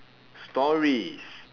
stories